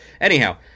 anyhow